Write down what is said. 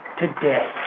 today